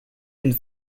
une